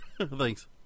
Thanks